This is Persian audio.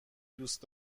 دوست